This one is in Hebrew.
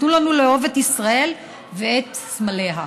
תנו לנו לאהוב את ישראל ואת סמליה.